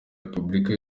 repubulika